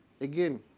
again